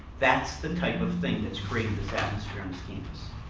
that's the type of thing that's created this atmosphere on this campus.